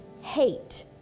hate